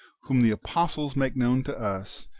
whom the apostles make known to us,